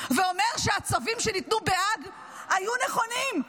ואומר שהצווים שניתנו בעד היו נכונים.